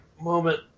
moment